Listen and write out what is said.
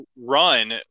run